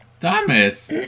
Thomas